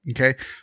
okay